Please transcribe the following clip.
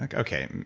like okay,